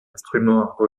instrument